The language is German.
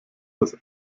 das